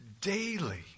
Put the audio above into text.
daily